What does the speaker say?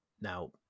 Now